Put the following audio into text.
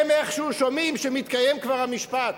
הם איכשהו שומעים שמתקיים כבר המשפט.